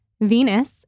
Venus